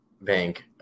Bank